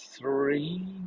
three